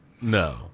no